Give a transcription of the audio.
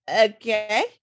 okay